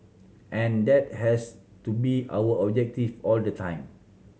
and that has to be our objective all the time